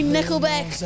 Nickelback